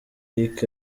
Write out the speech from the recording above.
lick